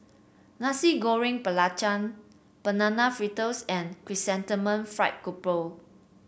Nasi Goreng Belacan Banana Fritters and Chrysanthemum Fried Grouper